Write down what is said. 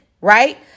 right